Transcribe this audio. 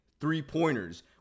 three-pointers